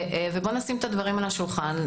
ונשים את הדברים על השולחן.